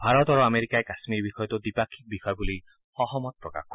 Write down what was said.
ভাৰত আৰু আমেৰিকাই কাশ্মীৰ বিষয়টো দ্বিপাক্ষিক বিষয় বুলি সহমত প্ৰকাশ কৰে